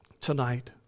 tonight